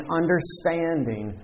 understanding